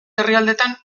herrialdetan